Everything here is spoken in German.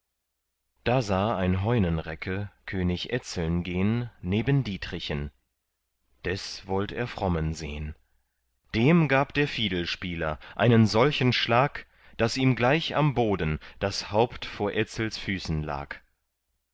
da sah ein heunenrecke könig etzeln gehn neben dietrichen des wollt er frommen sehn dem gab der fiedelspieler einen solchen schlag daß ihm gleich am boden das haupt vor etzels füßen lag